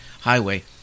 highway